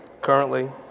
Currently